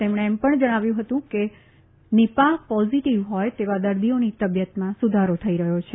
તેમણે એમ પણ જણાવ્યું ફતું કે નિપાફ પોઝીટીવ ફોય તેવા દર્દીઓની તબિયતમાં સુધારો થઈ રહ્યો છે